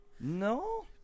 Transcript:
No